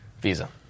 Visa